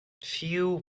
few